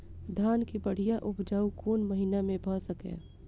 धान केँ बढ़िया उपजाउ कोण महीना मे भऽ सकैय?